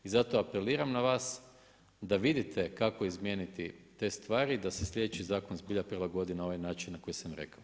I zato apeliram na vas da vidite kako izmijeniti te stvari, da se sljedeći zakon zbilja prilagodi na ovaj način na koji sam rekao.